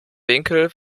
winkel